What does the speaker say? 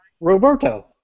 Roberto